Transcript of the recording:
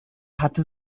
hatte